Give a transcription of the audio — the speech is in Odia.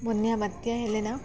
ବନ୍ୟା ବାତ୍ୟା ହେଲେ ନା